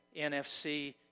NFC